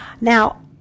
Now